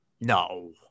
No